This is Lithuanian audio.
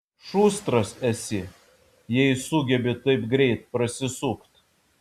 šustras esi jei sugebi taip greit prasisukt